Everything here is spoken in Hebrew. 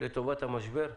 לטובת המשבר,